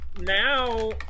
now